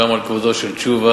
גם על כבודו של תשובה.